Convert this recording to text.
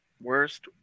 worst